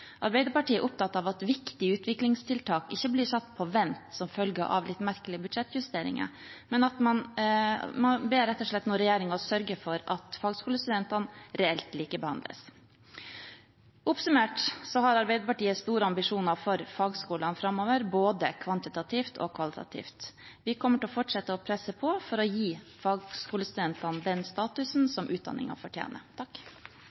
Arbeiderpartiet er opptatt av at viktige utviklingstiltak ikke blir satt på vent som følge av litt merkelige budsjettjusteringer. Man ber rett og slett regjeringen sørge for at fagskolestudentene reelt likebehandles. Oppsummert har Arbeiderpartiet store ambisjoner for fagskolene framover både kvantitativt og kvalitativt. Vi kommer til å fortsette med å presse på for å gi fagskolestudentene den statusen